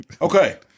Okay